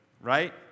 Right